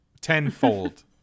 tenfold